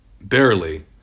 Barely